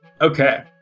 Okay